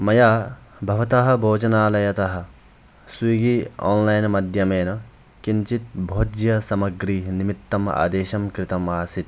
मया भवतः भोजनालयतः स्विगी आन्लैन् माध्यमेन किञ्चित् भोज्यसामग्री निमित्तम् आदेशं कृतमासीत्